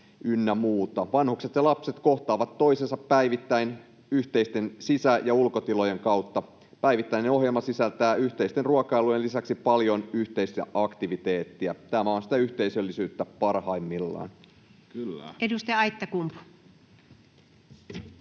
Vanhukset ja lapset kohtaavat toisensa päivittäin yhteisten sisä- ja ulkotilojen kautta. Päivittäinen ohjelma sisältää yhteisten ruokailujen lisäksi paljon yhteistä aktiviteettia. Tämä on sitä yhteisöllisyyttä parhaimmillaan. [Speech 150]